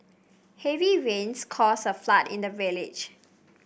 heavy rains caused a flood in the village